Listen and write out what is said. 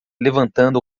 levantando